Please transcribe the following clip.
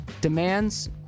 demands